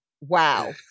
wow